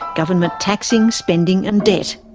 government taxing, spending and debt.